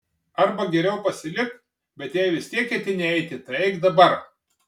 arba geriau pasilik bet jei vis tiek ketini eiti tai eik dabar